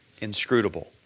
inscrutable